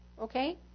Okay